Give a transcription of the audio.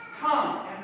come